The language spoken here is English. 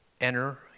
enter